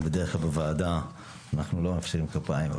בדרך כלל בוועדה אנחנו לא מאפשרים כפיים,